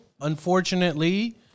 Unfortunately